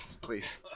please